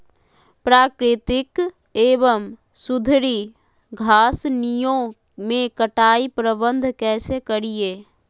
प्राकृतिक एवं सुधरी घासनियों में कटाई प्रबन्ध कैसे करीये?